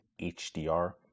HDR